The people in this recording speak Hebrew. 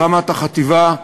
ברמת החטיבה,